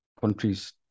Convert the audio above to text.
countries